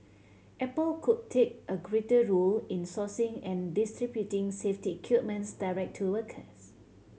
apple could take a greater role in sourcing and distributing safety equipment direct to workers